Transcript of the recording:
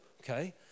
okay